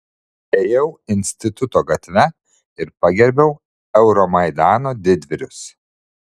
ėjau instituto gatve ir pagerbiau euromaidano didvyrius